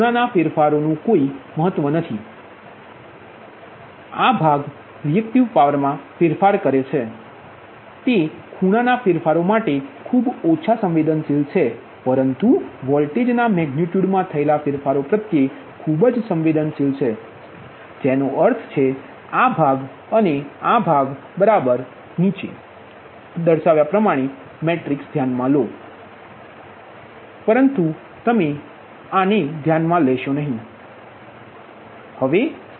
તેથી આ ભાગ જે રિએક્ટિવ પાવરમાં ફેરફાર કરે છે તે ખુણાનાં ફેરફારો માટે ખૂબ ઓછા સંવેદનશીલ છે પરંતુ વોલ્ટેજના મેગનિટ્યુડ મા થયેલા ફેરફારો પ્રત્યે ખૂબ સંવેદનશીલ છે જેનો અર્થ છે કે આ ભાગ અને આ ભાગ બરાબર નીચે જશે અને તેને આ મેટ્રિક્સ ધ્યાનમાં લેશે નહીં પરંતુ આને ધ્યાનમાં લેશે